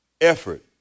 effort